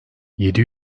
yedi